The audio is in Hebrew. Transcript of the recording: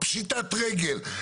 בפשיטת רגל,